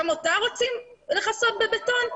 גם אותו רוצים לכסות בבטון?